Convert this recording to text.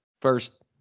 First